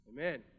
Amen